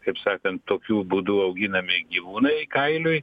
kaip sakant tokiu būdu auginami gyvūnai kailiui